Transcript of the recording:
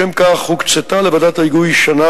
לשם כך הוקצתה לוועדת ההיגוי שנה,